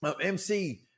MC